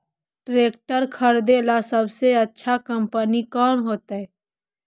Tractor खरीदेला सबसे अच्छा कंपनी कौन होतई?